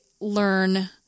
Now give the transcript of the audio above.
learn